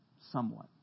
somewhat